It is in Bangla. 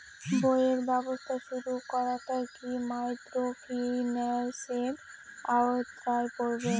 বইয়ের ব্যবসা শুরু করাটা কি মাইক্রোফিন্যান্সের আওতায় পড়বে?